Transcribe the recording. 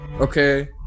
Okay